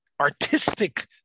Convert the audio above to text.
artistic